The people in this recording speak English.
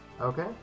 Okay